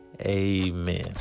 Amen